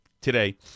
today